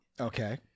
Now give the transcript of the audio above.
Okay